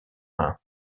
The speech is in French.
rhin